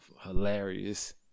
hilarious